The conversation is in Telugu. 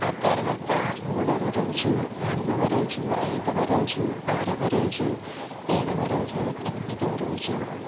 తర్వాత మూడవ రోజు నాలుగవ రోజు ఐదవ రోజు ఆరవ రోజు ఏడవ రోజు ఎనిమిదవ రోజు